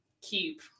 Keep